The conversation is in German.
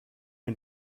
mir